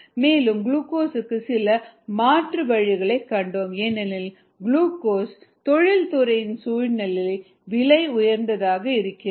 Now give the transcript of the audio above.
மேலும் குளுக்கோஸுக்கு சில மாற்று வழிகளைக் கண்டோம் ஏனெனில் குளுக்கோஸ் தொழில்துறையின் சூழலில் விலை உயர்ந்ததாக இருக்கிறது